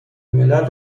ملل